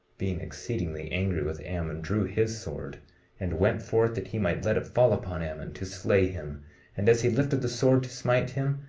being exceedingly angry with ammon, drew his sword and went forth that he might let it fall upon ammon, to slay him and as he lifted the sword to smite him,